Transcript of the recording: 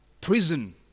prison